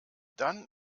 dann